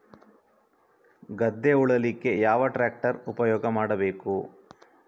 ಗದ್ದೆ ಉಳಲಿಕ್ಕೆ ಯಾವ ಟ್ರ್ಯಾಕ್ಟರ್ ಉಪಯೋಗ ಮಾಡಬೇಕು?